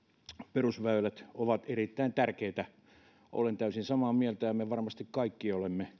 perusväylät ovat erittäin tärkeitä olen täysin samaa mieltä ja varmasti me kaikki olemme